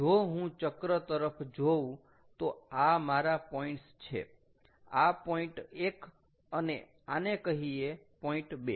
જો હું ચક્ર તરફ જોઉ તો આ મારા પોઇન્ટસ છે આ પોઈન્ટ 1 અને આને કહીએ પોઈન્ટ 2